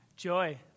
Joy